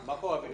אבל קורה הרבה,